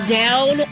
down